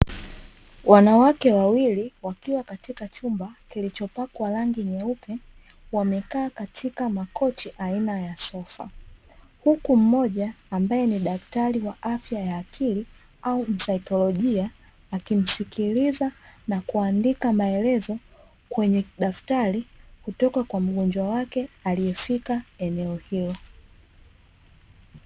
Wanawake wawili wakiwa katika chumba kilichopakwa rangi nyeupe, wamekaa katika makochi aina ya sofa, huku mmoja ambaye ni daktari wa afya ya akili au msaikilojia, akimsikiliza na kuandika maelezo kwenye daftari, kutoka kwa mgonjwa wake aliyefika eneo hilo.